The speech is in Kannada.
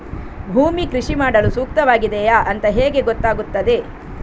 ಭೂಮಿ ಕೃಷಿ ಮಾಡಲು ಸೂಕ್ತವಾಗಿದೆಯಾ ಅಂತ ಹೇಗೆ ಗೊತ್ತಾಗುತ್ತದೆ?